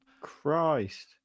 christ